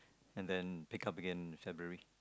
and then pick up again in February